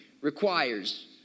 requires